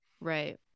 right